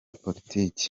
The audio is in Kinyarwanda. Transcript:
politiki